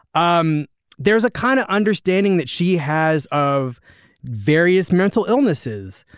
um there is a kind of understanding that she has of various mental illnesses.